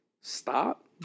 stop